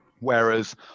Whereas